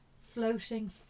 floating